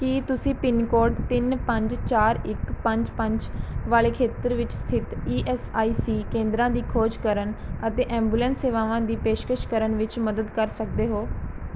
ਕੀ ਤੁਸੀਂ ਪਿੰਨਕੋਡ ਤਿੰਨ ਪੰਜ ਚਾਰ ਇੱਕ ਪੰਜ ਪੰਜ ਵਾਲੇ ਖੇਤਰ ਵਿੱਚ ਸਥਿਤ ਈ ਐੱਸ ਆਈ ਸੀ ਕੇਂਦਰਾਂ ਦੀ ਖੋਜ ਕਰਨ ਅਤੇ ਐਂਬੂਲੈਂਸ ਸੇਵਾਵਾਂ ਦੀ ਪੇਸ਼ਕਸ਼ ਕਰਨ ਵਿੱਚ ਮਦਦ ਕਰ ਸਕਦੇ ਹੋ